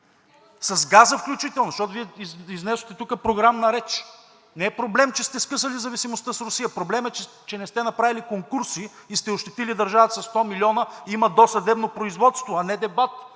с газа включително, защото Вие изнесохте тук програмна реч. Не е проблем, че сте скъсали зависимостта с Русия, проблемът е, че не сте направили конкурси и сте ощетили държавата със 100 милиона, има досъдебно производство, а не дебат